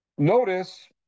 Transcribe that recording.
Notice